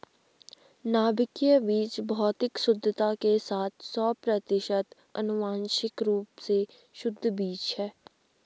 नाभिकीय बीज भौतिक शुद्धता के साथ सौ प्रतिशत आनुवंशिक रूप से शुद्ध बीज है